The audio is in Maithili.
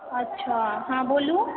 अच्छा हँ बोलु